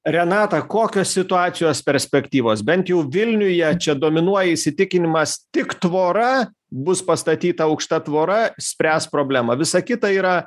renata kokios situacijos perspektyvos bent jau vilniuje čia dominuoja įsitikinimas tik tvora bus pastatyta aukšta tvora spręs problemą visa kita yra